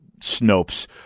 Snopes